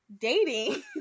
dating